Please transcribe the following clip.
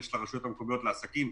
ושל הרשויות המקומיות לעסקים,